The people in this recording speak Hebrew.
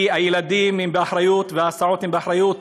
כי הילדים הם, וההסעות הן, באחריות